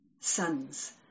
sons